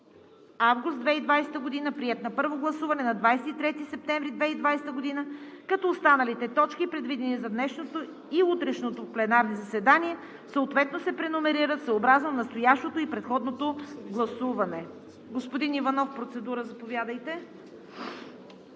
август 2020 г. Приет на първо гласуване на 23 септември 2020 г., като останалите точки, предвидени за днешното и утрешното пленарно заседание, съответно се преномерират съобразно настоящето и предходното гласуване. Процедура – господин Иванов, заповядайте.